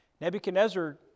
Nebuchadnezzar